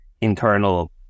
internal